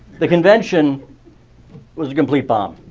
the convention was a complete bomb.